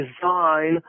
design